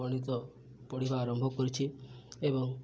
ଗଣିତ ପଢ଼ିବା ଆରମ୍ଭ କରିଛି ଏବଂ